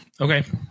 okay